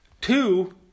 Two